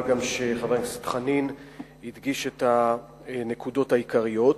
מה גם שחבר הכנסת חנין הדגיש את הנקודות העיקריות.